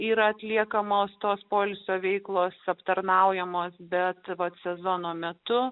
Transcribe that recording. yra atliekamos tos poilsio veiklos aptarnaujamos bet vat sezono metu